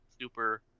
super